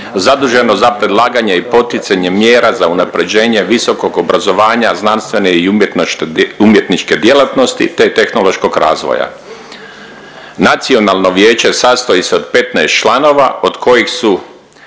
zaduženo za predlaganje i poticanje mjera za unaprjeđenje visokog obrazovanja, znanstvene i umjetničke djelatnosti te tehnološkog razvoja. Nacionalno vijeće sastoji se od 15 članova od kojih su